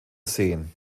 sehen